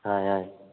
ఆయ్ ఆయ్